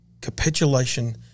capitulation